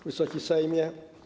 Wysoki Sejmie!